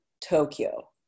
tokyo